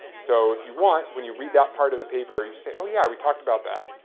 so, if you want, when you read that part of the paper, you say, oh yeah we talked about that.